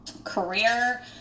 career